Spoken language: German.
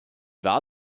war